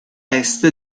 est